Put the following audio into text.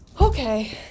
Okay